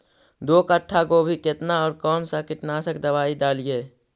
दो कट्ठा गोभी केतना और कौन सा कीटनाशक दवाई डालिए?